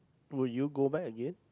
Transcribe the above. would you go back again